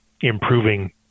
improving